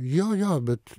jo jo bet